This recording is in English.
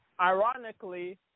ironically